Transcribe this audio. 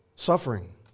Suffering